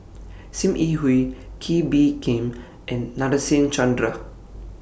SIM Yi Hui Kee Bee Khim and Nadasen Chandra